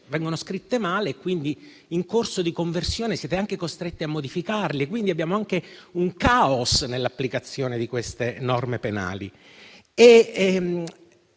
vengono scritti male e quindi in corso di conversione siete anche costretti a modificarli, quindi abbiamo anche un caos nell'applicazione di queste norme penali,